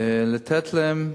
לתת להם,